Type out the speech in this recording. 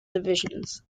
divisions